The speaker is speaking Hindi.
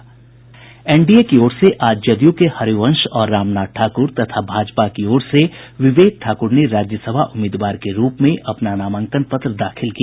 एनडीए की ओर से आज जदयू के हरिवंश और रामनाथ ठाकुर तथा भाजपा की ओर से विवेक ठाकुर ने राज्यसभा उम्मीदवार के रूप में अपना नामांकन पत्र दाखिल किया